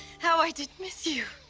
how i did miss you.